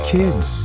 kids